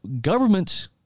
government